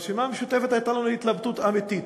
הייתה לנו, ברשימה המשותפת, התלבטות אמיתית.